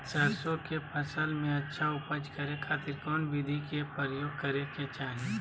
सरसों के फसल में अच्छा उपज करे खातिर कौन विधि के प्रयोग करे के चाही?